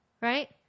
right